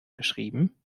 geschrieben